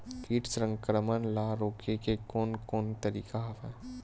कीट संक्रमण ल रोके के कोन कोन तरीका हवय?